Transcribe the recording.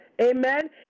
amen